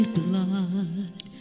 blood